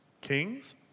Kings